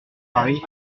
paris